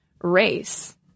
race